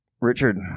Richard